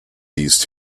these